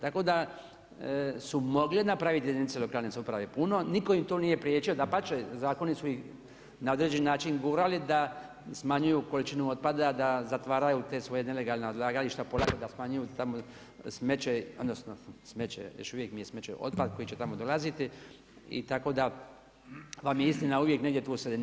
Tako da su mogle napraviti jedinice lokalne samouprave puno, nitko im to nije priječio, dapače zakoni su na određeni način gurali da smanjuju količinu otpada da zatvaraju ta svoja nelegalna odlagališta, da smanjuju tamo smeće odnosno još uvijek nije smeće, otpad koji će tamo dolaziti i tako da vam je istina uvijek negdje tu u sredini.